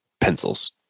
pencils